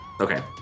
Okay